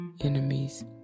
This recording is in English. enemies